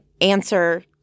answer